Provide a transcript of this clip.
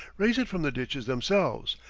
raise it from the ditches themselves,